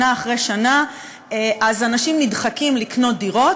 שנה אחרי שנה, אז אנשים נדחקים לקנות דירות.